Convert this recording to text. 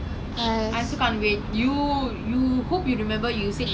ya also I've seen a lot of people like going to Ikea to eat the meatballs is it nice